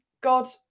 God